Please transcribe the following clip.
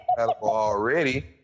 already